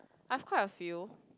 I've quite a few